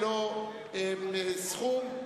ללא סכום,